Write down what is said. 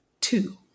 Two